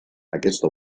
aquesta